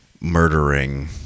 murdering